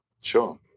Sure